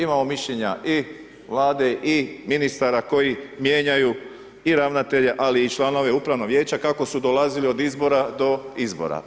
Imamo mišljenja i Vlade i ministara koji mijenjaju i ravnatelja ali i članove upravnog vijeća kako su dolazili od izbora do izbora.